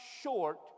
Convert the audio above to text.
short